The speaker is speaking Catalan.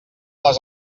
les